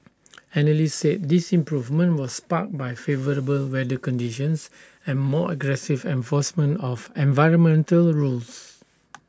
analysts said this improvement was sparked by favourable weather conditions and more aggressive enforcement of environmental rules